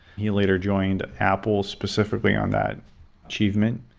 he later joined apple specifically on that achievement.